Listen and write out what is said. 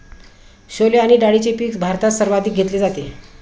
छोले आणि डाळीचे पीक भारतात सर्वाधिक घेतले जाते